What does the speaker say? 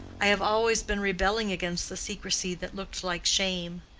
i have always been rebelling against the secrecy that looked like shame.